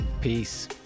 Peace